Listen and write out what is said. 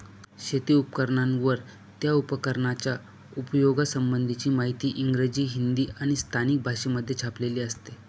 शेती उपकरणांवर, त्या उपकरणाच्या उपयोगा संबंधीची माहिती इंग्रजी, हिंदी आणि स्थानिक भाषेमध्ये छापलेली असते